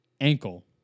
ankle